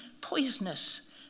poisonous